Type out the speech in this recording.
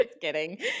kidding